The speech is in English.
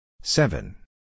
seven